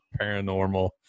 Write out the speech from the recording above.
paranormal